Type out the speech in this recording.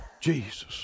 Jesus